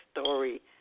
story